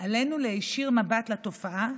עלינו להישיר מבט לתופעה,